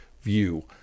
view